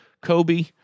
Kobe